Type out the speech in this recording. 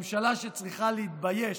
ממשלה שצריכה להתבייש,